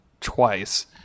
twice